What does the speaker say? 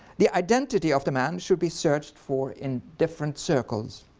the identity of the man should be searched for in different circles.